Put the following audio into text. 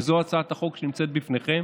וזו הצעת החוק שנמצאת בפניכם.